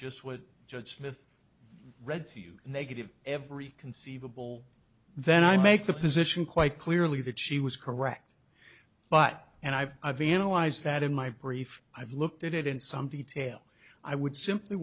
just what judge smith read to you and they give every conceivable then i make the position quite clearly that she was correct but and i've i've analyzed that in my brief i've looked at it in some detail i would simply